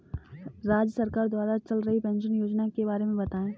राज्य सरकार द्वारा चल रही पेंशन योजना के बारे में बताएँ?